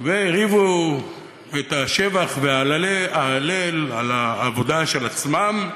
והרעיפו את השבח וההלל על העבודה של עצמם,